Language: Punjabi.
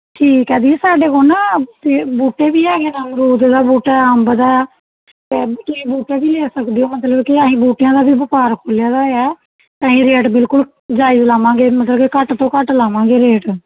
ਠੀਕ ਹੈ ਦੀ ਸਾਡੇ ਕੋਲ ਨਾ ਅਤੇ ਬੂਟੇ ਵੀ ਹੈਗੇ ਨਾ ਅਮਰੂਦ ਦਾ ਬੂਟਾ ਅੰਬ ਦਾ ਤਾਂ ਤੁਸੀਂ ਬੂਟਾ ਵੀ ਲੈ ਸਕਦੇ ਹੋ ਮਤਲਬ ਕਿ ਅਸੀਂ ਬੂਟਿਆਂ ਦਾ ਵੀ ਵਪਾਰ ਖੋਲ੍ਹਿਆ ਵਿਆ ਤਾਂ ਅਸੀਂ ਰੇਟ ਬਿਲਕੁਲ ਜਾਇਜ ਲਾਵਾਂਗੇ ਮਤਲਬ ਕਿ ਘੱਟ ਤੋਂ ਘੱਟ ਲਾਵਾਂਗੇ ਰੇਟ